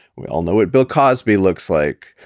we all know what bill cosby looks like.